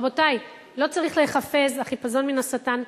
רבותי, לא צריך להיחפז, החיפזון מן השטן.